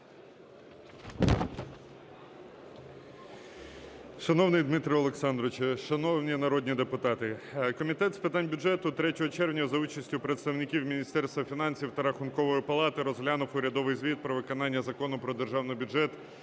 Шановний Дмитро Олександровичу, шановні народні депутати. Комітет з питань бюджету 3 червня за участю представників Міністерства фінансів та Рахункової палати розглянув урядовий звіт про виконання Закону "Про Державний бюджет